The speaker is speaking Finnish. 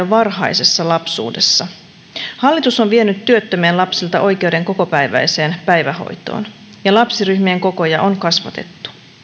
varhaisessa lapsuudessa hallitus on vienyt työttömien lapsilta oikeuden kokopäiväiseen päivähoitoon ja lapsiryhmien kokoja on kasvatettu